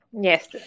Yes